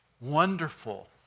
wonderful